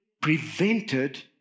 prevented